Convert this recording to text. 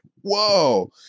whoa